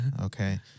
Okay